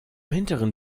hinteren